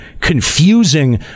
confusing